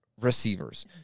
receivers